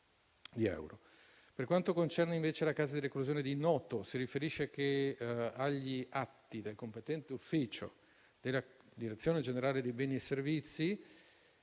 Per quanto concerne invece la casa di reclusione di Noto, si riferisce che agli atti del competente ufficio, direzione generale di beni e servizi,